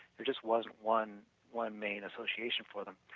there just was one one main association for them.